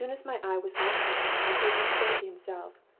as soon as my eye was off him, i heard him say to himself,